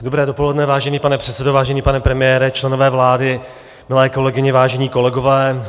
Dobré dopoledne, vážený pane předsedo, vážený pane premiére, členové vlády, milé kolegyně, vážení kolegové.